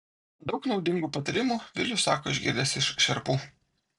daug naudingų patarimų vilius sako išgirdęs iš šerpų